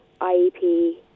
IEP